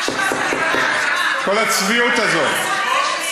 כל הצביעות הזאת.